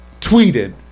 tweeted